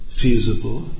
feasible